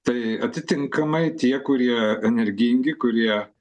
tai atitinkamai tie kurie energingi kurie